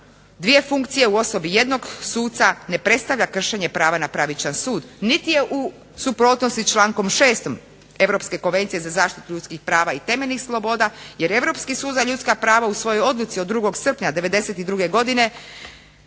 dvije funkcije u osobi jednog suca ne predstavlja kršenje prava na pravičan sud niti je u suprotnosti sa člankom 6. Europske konvencije za zaštitu ljudskih prava i temeljnih sloboda jer Europski sud za ljudska prava u svojoj odluci od 2. srpnja '92. godine